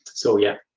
so yeah.